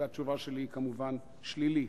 והתשובה שלי היא, כמובן, שלילית.